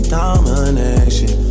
domination